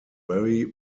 very